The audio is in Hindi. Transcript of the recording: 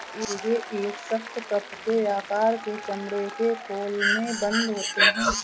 यह एक सख्त, कप के आकार के चमड़े के खोल में बन्द होते हैं